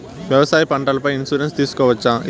వ్యవసాయ పంటల పై ఇన్సూరెన్సు తీసుకోవచ్చా?